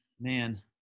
man